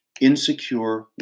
insecure